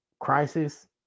crisis